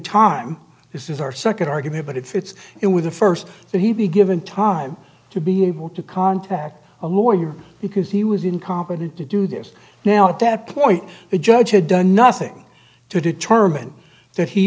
time this is our second argument but it fits in with the first that he be given time to be able to contact a lawyer because he was incompetent to do this now at that point the judge had done nothing to determine that he